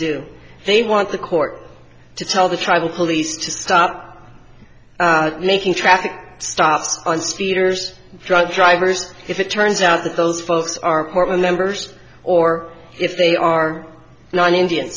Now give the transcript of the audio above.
do they want the court to tell the tribal police to start making traffic stops and speeders drunk drivers if it turns out that those folks are portman members or if they are not indian